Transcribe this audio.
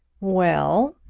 well,